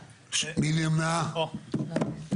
6 נמנעים 2 לא אושר.